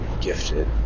gifted